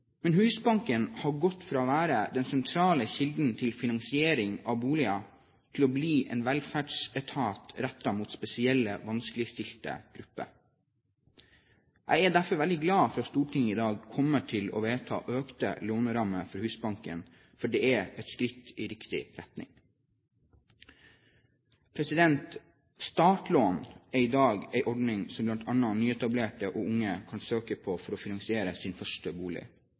Men Husbanken har gått fra å være den sentrale kilden til finansiering av boliger til å bli en velferdsetat rettet mot spesielt vanskeligstilte grupper. Jeg er derfor veldig glad for at Stortinget i dag kommer til å vedta økte lånerammer for Husbanken, for det er et skritt i riktig retning. Startlån er i dag en ordning som bl.a. nyetablerte og unge kan søke på for å finansiere sin første bolig.